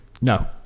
No